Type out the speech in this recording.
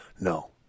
No